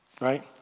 Right